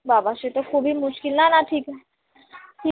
বাবা সে তো খুবই মুশকিল না না ঠিক আ ঠিক